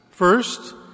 First